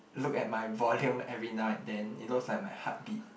look at my volume every now and then it looks like my heartbeat